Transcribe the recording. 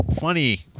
funny